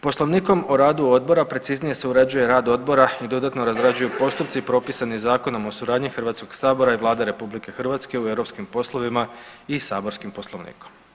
Poslovnikom o radu odbora preciznije se uređuje rad odbora i dodatno razrađuju postupci propisani Zakonom o suradnji HS i Vlade RH u europskim poslovima i saborskim Poslovnikom.